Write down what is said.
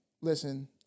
Listen